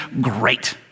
great